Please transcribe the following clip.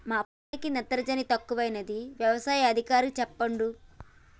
మా పొలానికి నత్రజని తక్కువైందని యవసాయ అధికారి చెప్పిండు